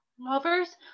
lovers